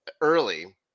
early